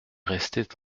restaient